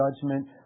judgment